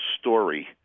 story